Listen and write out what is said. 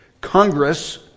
Congress